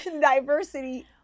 diversity